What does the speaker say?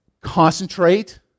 concentrate